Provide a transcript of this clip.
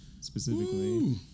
specifically